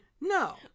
No